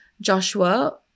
Joshua